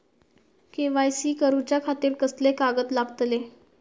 KYC करूच्या खातिर कसले कागद लागतले?